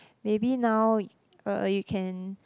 maybe now uh you can